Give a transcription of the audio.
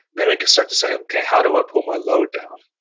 then we can start to say, okay, how do i pull my load down?